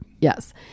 Yes